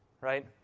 Right